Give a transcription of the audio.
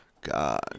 God